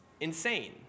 insane